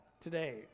today